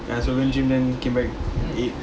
ya so went gym then came back ate